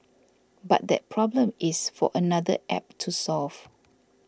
but that problem is for another App to solve